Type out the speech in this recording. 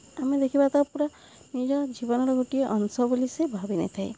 ଆମେ ଦେଖିବା ତ ପୁରା ନିଜ ଜୀବନର ଗୋଟିଏ ଅଂଶ ବୋଲି ସେ ଭାବିିନେଇଥାଏ